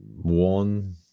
one